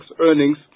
earnings